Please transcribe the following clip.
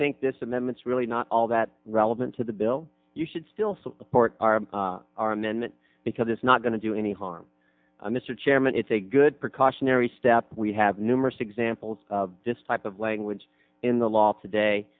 think this amendments really not all that relevant to the bill you should still support our men because it's not going to do any harm mr chairman it's a good precautionary step we have numerous examples of this type of language in the l